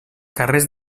carrers